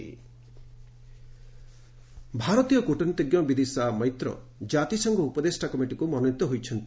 UN Vidisha ଭାରତୀୟ କ୍ରଟନୀତିଜ୍ଞ ବିଦିଶା ମୈତ୍ର ଜାତିସଂଘ ଉପଦେଷ୍ଟା କମିଟିକୁ ମନୋନୀତ ହୋଇଛନ୍ତି